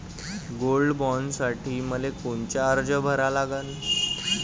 Gold बॉण्डसाठी मले कोनचा अर्ज भरा लागन?